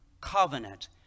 covenant